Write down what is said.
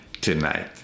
tonight